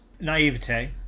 Naivete